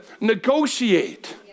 negotiate